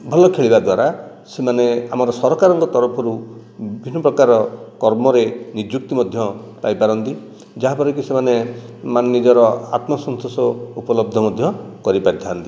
ଭଲ ଖେଳିବା ଦ୍ୱାରା ସେମାନେ ଆମର ସରକାରଙ୍କ ତରଫରୁ ବିଭିନ୍ନ ପ୍ରକାର କର୍ମ ରେ ନିଯୁକ୍ତି ମଧ୍ୟ ପାଇପାରନ୍ତି ଯାହାଫଳରେ କି ସେମାନେ ମାନେ ନିଜର ଆତ୍ମ ସନ୍ତୋଷ ଉପଲବ୍ଧ ମଧ୍ୟ କରି ପାରିଥାଆନ୍ତି